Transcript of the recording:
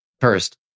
First